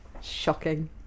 shocking